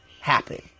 happen